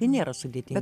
tai nėra sudėtinga